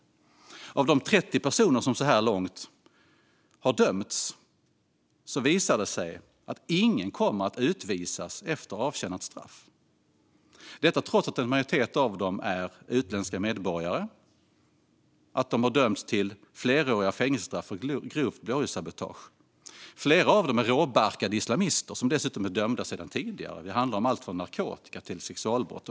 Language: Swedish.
Men ingen av de 30 personer som så här långt har dömts kommer att utvisas efter avtjänat straff - detta trots att en majoritet av dem är utländska medborgare och har dömts till fleråriga fängelsestraff för grovt blåljussabotage. Flera av dem är råbarkade islamister som dessutom är dömda sedan tidigare. Det handlar om allt från narkotikabrott till sexualbrott.